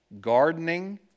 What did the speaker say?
gardening